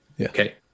Okay